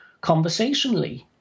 conversationally